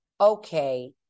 okay